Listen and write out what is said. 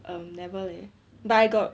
um never leh but I got